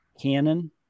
canon